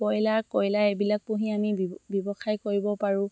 broiler কইলাৰ এইবিলাক পুহি আমি ব্যৱসায় কৰিব পাৰোঁ